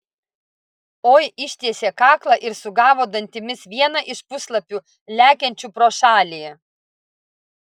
oi ištiesė kaklą ir sugavo dantimis vieną iš puslapių lekiančių pro šalį